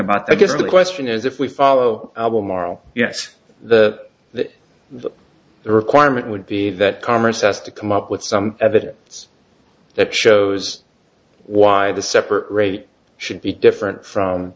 about i guess the question is if we follow albemarle yes the requirement would be that commerce has to come up with some evidence that shows why the separate rate should be different from